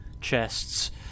chests